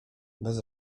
bez